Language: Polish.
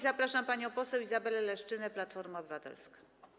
Zapraszam panią poseł Izabelę Leszczynę, Platforma Obywatelska.